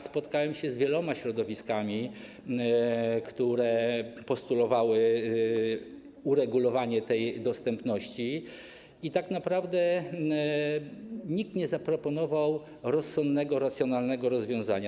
Spotkałem się z wieloma środowiskami, które postulowały uregulowanie tej dostępności, i tak naprawdę nikt nie zaproponował rozsądnego, racjonalnego rozwiązania.